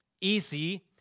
easy